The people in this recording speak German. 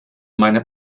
meinem